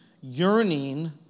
yearning